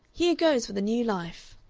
here goes for the new life!